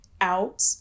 out